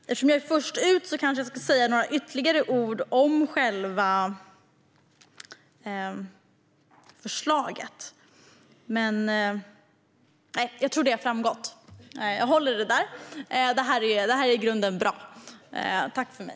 Men detta är ett i grunden bra förslag.